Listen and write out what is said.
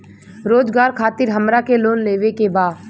रोजगार खातीर हमरा के लोन लेवे के बा?